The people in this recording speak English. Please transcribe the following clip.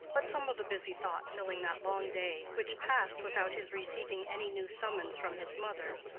but some of the busy thought filling that long day, which passed without his receiving any new summons from his mother,